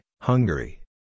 Hungary